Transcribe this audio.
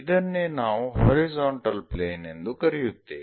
ಇದನ್ನೇ ನಾವು horizontal plane ಎಂದು ಕರೆಯುತ್ತೇವೆ